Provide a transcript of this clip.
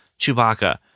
Chewbacca